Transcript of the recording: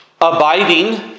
abiding